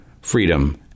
Freedom